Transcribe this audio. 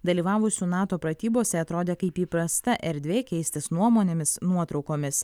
dalyvavusių nato pratybose atrodė kaip įprasta erdvė keistis nuomonėmis nuotraukomis